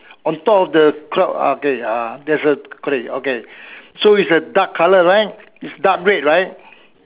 on top of the clock okay ah there's a okay okay so is a dark colour right it's dark red right